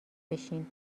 بشین